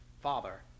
Father